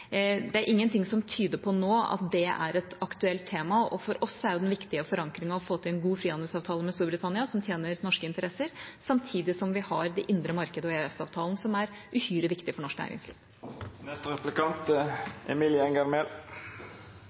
Det er ingenting nå som tyder på at det er et aktuelt tema, og for oss er den viktige forankringen å få til en god frihandelsavtale med Storbritannia som tjener norske interesser, samtidig som vi har det indre marked og EØS-avtalen, som er uhyre viktig for norsk næringsliv.